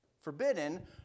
Forbidden